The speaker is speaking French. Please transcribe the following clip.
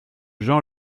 jean